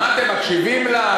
אתם מקשיבים לה?